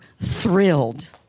thrilled